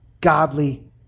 godly